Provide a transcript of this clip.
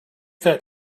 that